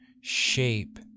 shape